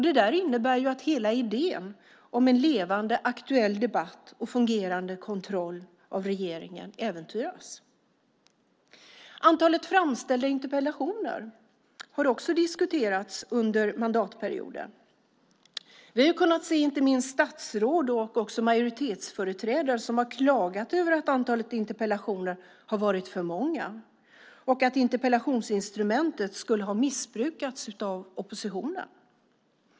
Det innebär att hela idén om en levande aktuell debatt och fungerande kontroll av regeringen äventyras. Antalet framställda interpellationer har också diskuterats under mandatperioden. Vi har hört både statsråd och majoritetsföreträdare klaga över att antalet interpellationer har varit för stort och att interpellationsinstrumentet skulle ha missbrukats av oppositionen.